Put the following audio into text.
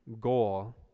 goal